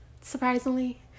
surprisingly